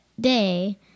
day